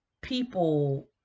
people